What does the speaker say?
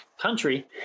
country